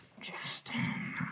Justin